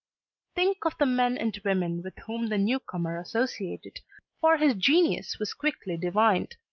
think of the men and women with whom the new comer associated for his genius was quickly divined